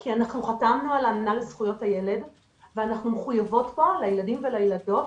כי חתמנו על האמנה לזכויות הילד ואנחנו מחויבות פה לילדים ולילדות,